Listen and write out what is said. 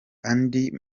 andi